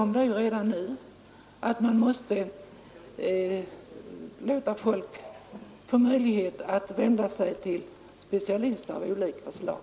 Det förekommer redan nu att man måste låta folk få möjlighet att vända sig till specialister av olika slag.